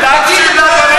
לא דיברנו על זה.